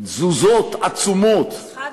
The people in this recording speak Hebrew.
תזוזות עצומות, חד-משמעית.